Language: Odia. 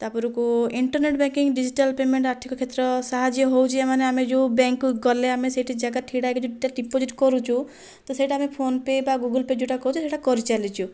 ତାପରକୁ ଇଣ୍ଟରନେଟ ବ୍ୟାଙ୍କିଙ୍ଗ ଡିଜିଟାଲ ପେମେଣ୍ଟ ଆର୍ଥିକ କ୍ଷେତ୍ର ସାହାଯ୍ୟ ହେଉଛି ମାନେ ଆମେ ଯେଉଁ ବ୍ୟାଙ୍କକୁ ଗଲେ ଆମେ ସେ'ଠି ଜାଗା ଠିଡ଼ା ହୋଇକି ଯେଉଁ ଡିପୋଜିଟ୍ କରୁଚୁ ତ ସେଇଟା ଆମେ ଫୋନ ପେ ବା ଗୁଗୁଲ ପେ ଯେଉଁଟା କହୁଛୁ ସେଇଟା କରିଚାଲିଛୁ